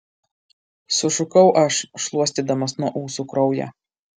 sušukau aš šluostydamas nuo ūsų kraują